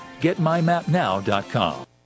GetMyMapNow.com